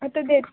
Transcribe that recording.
आता दे